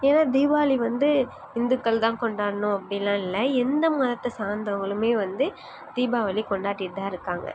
ஏனால் தீபாவளி வந்து இந்துக்கள் தான் கொண்டாடணும் அப்படின்லா இல்லை எந்த மதத்தை சார்ந்தவங்களுமே வந்து தீபாவளி கொண்டாடிகிட்டு தான் இருக்காங்க